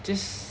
just